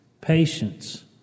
patience